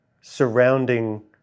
surrounding